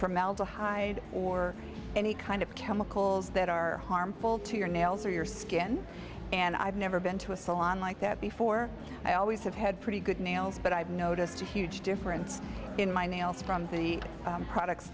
formaldehyde or any kind of chemicals that are harmful to your nails or your skin and i've never been to a salon like that before i always have had pretty good nails but i've noticed a huge difference in my nails from the products